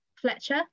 Fletcher